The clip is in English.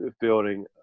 building